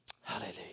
Hallelujah